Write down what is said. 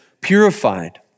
purified